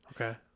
okay